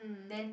then